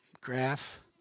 graph